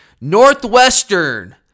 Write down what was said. Northwestern